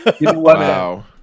Wow